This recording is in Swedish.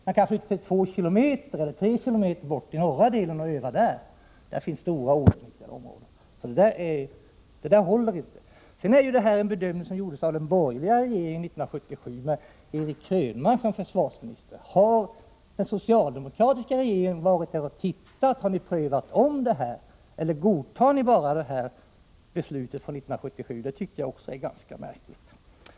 Man kan ju flytta sig två eller tre kilometer bort mot den norra delen av området och öva där. Det finns där stora outnyttjade områden. — Det argumentet håller alltså inte. Bedömningen i detta avseende gjordes 1977 av en borgerlig regering, när Eric Krönmark var försvarsminister. Har den socialdemokratiska regeringen varit på platsen och tittat? Har ni omprövat frågan eller godtar ni bara beslutet från 1977? Det tycker jag också skulle vara ganska märkligt.